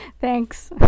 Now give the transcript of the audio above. thanks